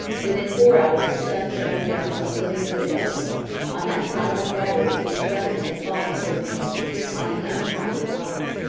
within four hours the sun shone down on the living and the dead on that silent battery whose gunners had fallen to a man on the unconquered rise.